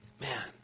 Man